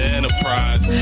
Enterprise